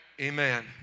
Amen